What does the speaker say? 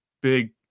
big